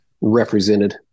represented